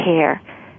care